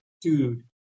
dude